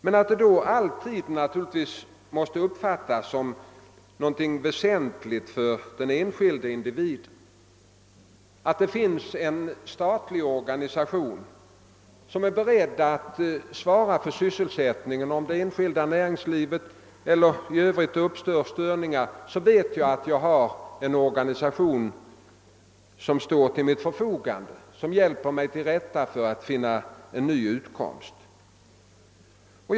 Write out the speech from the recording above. Men naturligtvis måste det alltid uppfattas som något väsentligt för den enskilda individen att man har en organisation som är beredd att garantera sysselsättning åt honom. Om det uppstår störningar i det privata näringslivet eller i övrigt, skall han veta att det finns en organisation som hjälper honom att finna nya utkomstmöjligheter.